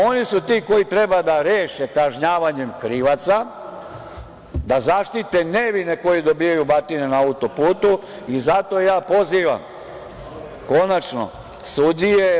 Oni su ti koji treba da reše kažnjavanjem krivaca, da zaštite nevine koji dobijaju batine na autoputu i zato ja pozivam konačno sudije.